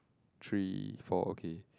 three four okay